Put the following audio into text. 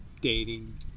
dating